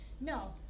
no